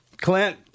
Clint